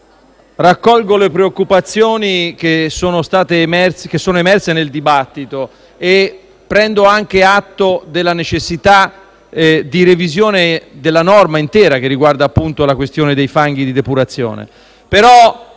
raccolgo le preoccupazioni che sono emerse nel dibattito e prendo anche atto della necessità di una revisione della norma intera che riguarda, appunto, la questione dei fanghi di depurazione.